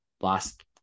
last